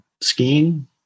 skiing